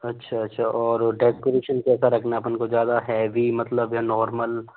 अच्छा अच्छा और डेकोरेशन कैसा रखना है अपन को ज़्यादा हैवी मतलब या नार्मल